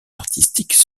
artistiques